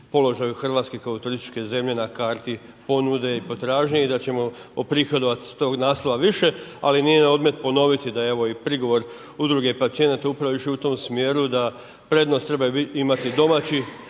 položaju Hrvatske kao turističke zemlje na karti ponude i potražnje i da ćemo uprihodovati s tog naslova više ali nije na odmet ponoviti da evo i prigovor udruge pacijenata upravo je išao u tom smjeru da prednost trebaju imati domaći